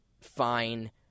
fine